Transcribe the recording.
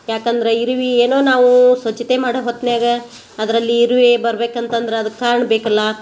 ಯಾಕಂದ್ರೆ ಇರುವಿ ಏನೋ ನಾವು ಸ್ವಚ್ಛತೆ ಮಾಡೋ ಹೊತ್ನ್ಯಾಗ ಅದರಲ್ಲಿ ಇರುವೆ ಬರ್ಬೇಕಂತಂದ್ರೆ ಅದಕ್ಕೆ ಕಾರ್ಣ ಬೇಕಲ್ಲ